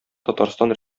татарстан